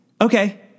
Okay